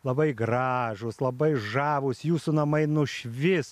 labai gražūs labai žavūs jūsų namai nušvis